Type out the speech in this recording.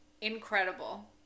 incredible